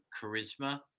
charisma